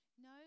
No